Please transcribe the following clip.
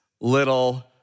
little